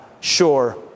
sure